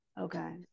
Okay